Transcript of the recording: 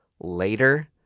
later